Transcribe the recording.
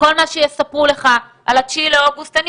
כל מה שיספרו לך על ה-9 באוגוסט,